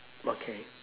okay